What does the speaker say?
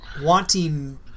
Wanting